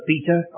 Peter